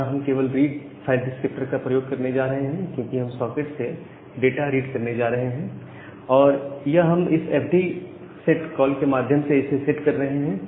यहां हम केवल रीड फाइल डिस्क्रिप्टर का प्रयोग करने जा रहे हैं क्योंकि हम सॉकेट से डाटा रीड करने जा रहे हैं और यह हम इस एफडी सेट कॉल के माध्यम से इसे सेट कर रहे हैं